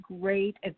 great